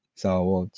so ah